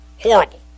Horrible